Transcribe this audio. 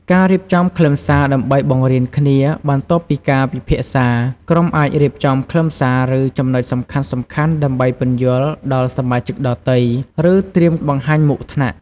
ការរៀបចំខ្លឹមសារដើម្បីបង្រៀនគ្នា បន្ទាប់ពីការពិភាក្សា ក្រុមអាចរៀបចំខ្លឹមសារ ឬចំណុចសំខាន់ៗដើម្បីពន្យល់ដល់សមាជិកដទៃ ឬត្រៀមបង្ហាញមុខថ្នាក់។